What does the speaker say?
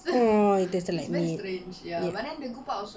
!aww! it tasted like meat ya